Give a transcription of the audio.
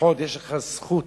לפחות יש לך זכות